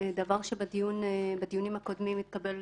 דבר שבדיונים הקודמים התקבל